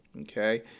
okay